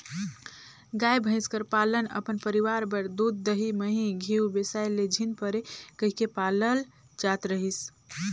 गाय, भंइस कर पालन अपन परिवार बर दूद, दही, मही, घींव बेसाए ले झिन परे कहिके पालल जात रहिस